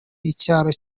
icyicaro